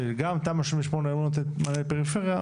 שגם תמ"א 38 לא נותן מענה לפריפריה,